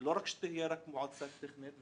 לא רק שתהיה מועצה טכנית.